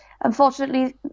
unfortunately